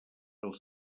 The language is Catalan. els